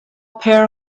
pair